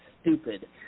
stupid